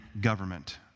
government